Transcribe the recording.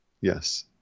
Yes